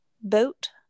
boat